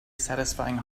satisfying